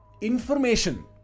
information